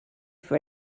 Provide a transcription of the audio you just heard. for